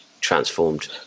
transformed